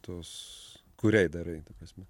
tos kuriai darai ta prasme